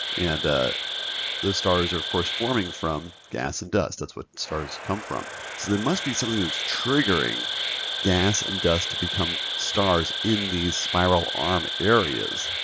and those stars are, of course, forming from gas and dust. that's what stars come from. so there must be something that's triggering gas and dust to become stars in these spiral arm areas,